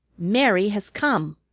mary has come,